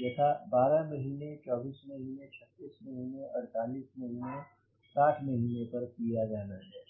यथा 12 महीने 24 महीने 36 महीने 48महीने 60 महीने पर किया जाना है